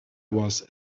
was